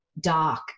dark